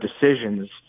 decisions